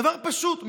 דבר פשוט,